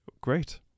great